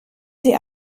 sie